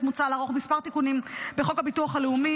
מוצע לערוך כמה תיקונים בחוק הביטוח הלאומי